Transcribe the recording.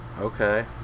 Okay